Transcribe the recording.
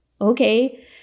okay